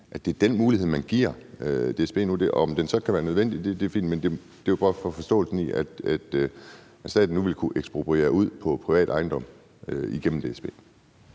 at det er den mulighed, man giver DSB nu? Og at det så kan være nødvendigt, er fint, men det er for at få forståelsen, i forhold til at staten nu vil kunne ekspropriere privat ejendom igennem DSB.